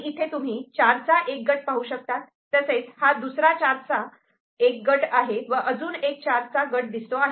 इथे तुम्ही चारचा एक गट पाहू शकतात तसेच हा दुसरा चारचा गट व हा अजून एक चारचा गट दिसतो आहे